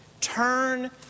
Turn